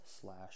slash